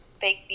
fake